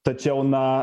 tačiau na